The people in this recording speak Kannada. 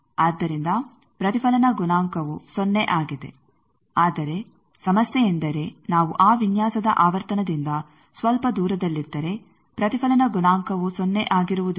ಆದ್ದರಿಂದ ಪ್ರತಿಫಲನ ಗುಣಾಂಕವು ಸೊನ್ನೆ ಆಗಿದೆ ಆದರೆ ಸಮಸ್ಯೆಯೆಂದರೆ ನಾವು ಆ ವಿನ್ಯಾಸದ ಆವರ್ತನದಿಂದ ಸ್ವಲ್ಪ ದೂರದಲ್ಲಿದ್ದರೆ ಪ್ರತಿಫಲನ ಗುಣಾಂಕವು ಸೊನ್ನೆ ಆಗಿರುವುದಿಲ್ಲ